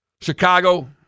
Chicago